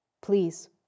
Please